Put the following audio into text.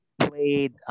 played